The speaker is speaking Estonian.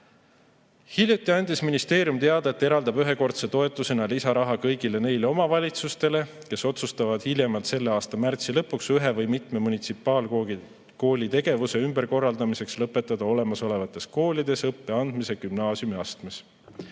Hiljuti andis ministeerium teada, et eraldab ühekordse toetusena lisaraha kõigile neile omavalitsustele, kes otsustavad hiljemalt selle aasta märtsi lõpuks ühe või mitme munitsipaalkooli tegevuse ümberkorraldamiseks lõpetada olemasolevates koolides õppe andmise gümnaasiumiastmes.